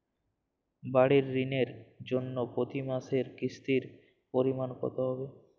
বাড়ীর ঋণের জন্য প্রতি মাসের কিস্তির পরিমাণ কত হবে?